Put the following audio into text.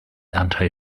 anti